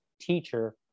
teacher